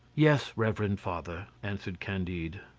yes, reverend father, answered candide.